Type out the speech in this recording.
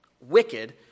Wicked